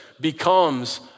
becomes